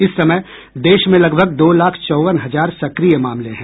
इस समय देश में लगभग दो लाख चौवन हज़ार सक्रिय मामले हैं